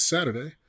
Saturday